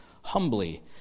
humbly